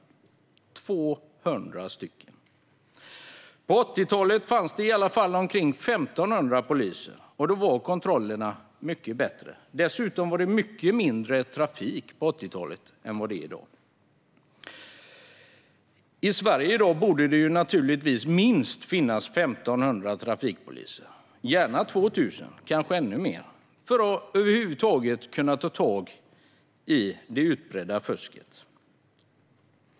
På 80-talet fanns det ca 1 500 poliser, och då var kontrollerna mycket bättre. Dessutom var det mindre trafik då än i dag. Det borde givetvis finnas minst 1 500 trafikpoliser och gärna 2 000 eller fler för att vi ska kunna ta tag i det utbredda fusket.